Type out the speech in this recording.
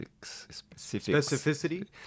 specificity